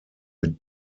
mit